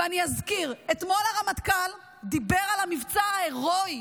ואני אזכיר: אתמול הרמטכ"ל דיבר על המבצע ההירואי,